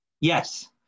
Yes